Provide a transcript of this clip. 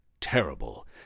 terrible